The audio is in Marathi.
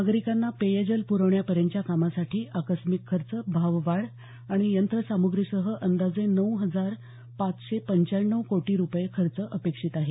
नागरिकांना पेयजल प्रवण्यापर्यंतच्या कामासाठी आकस्मिक खर्च भाववाढ आणि यंत्रसामुग्रीसह अंदाजे नऊ हजार पाचशे पंचाण्णव कोटी रुपये खर्च अपेक्षित आहे